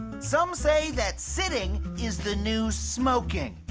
some say that sitting is the new smoking.